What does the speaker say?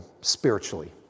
spiritually